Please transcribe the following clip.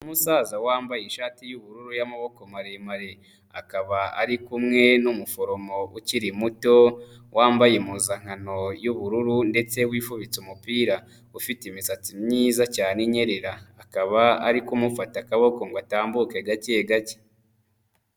Umusaza wambaye ishati y'ubururu y'amaboko maremare, akaba ari kumwe n'umuforomo ukiri muto wambaye impuzankano y'ubururu ndetse wifubitse umupira, ufite imisatsi myiza cyane inyerera, akaba ari kumufata akaboko ngo atambuke gake gake.